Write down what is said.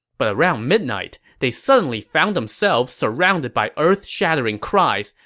but around midnight, they suddenly found themselves surrounded by earth-shattering cries,